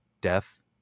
death